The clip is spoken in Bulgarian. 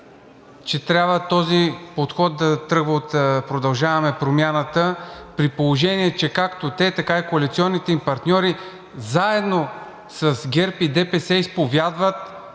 че трябва този подход да тръгва от „Продължаваме Промяната“, при положение че както те, така и коалиционните им партньори заедно с ГЕРБ и ДПС изповядват